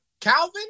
Calvin